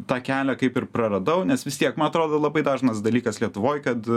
tą kelią kaip ir praradau nes vis tiek man atrodo labai dažnas dalykas lietuvoj kad